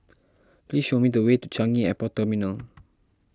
please show me the way to Changi Airport Terminal